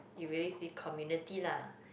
you really see community lah